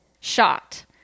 shot